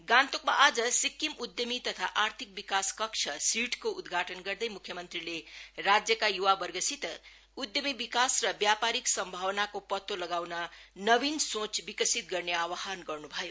गान्तोकमा आज सिक्किम उद्यमी तथा आर्थिक विकास कक्ष सीडको उद्घाटन गर्दै मुख्यमन्त्रीले राज्यका य्वावर्गसित उद्यमी विकास र व्यापारिक सम्भावनाको पत्तो लगाउन नवीन सोच विकसित गर्ने आव्हान गर्न् भयो